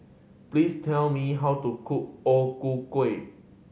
please tell me how to cook O Ku Kueh